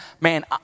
man